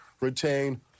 retain